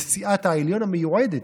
נשיאת העליון המיועדת,